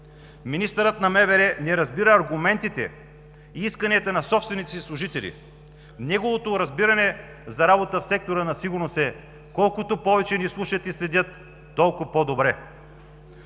Министърът на вътрешните работи не разбира аргументите и исканията на собствените си служители. Неговото разбиране за работа в сектора на сигурност е: колкото повече ни слушат и следят, толкова по-добре.